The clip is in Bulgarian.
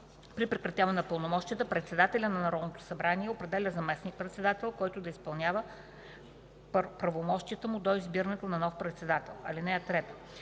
При прекратяване на пълномощията, председателя Народното събрание определя заместник-председател, който да изпълнява правомощията му до избирането на нов председател. (3) В